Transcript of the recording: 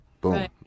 Boom